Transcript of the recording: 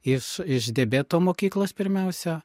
iš iš diabeto mokyklos pirmiausia